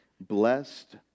blessed